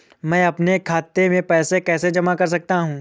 मैं अपने खाते में पैसे कैसे जमा कर सकता हूँ?